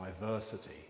diversity